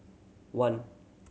one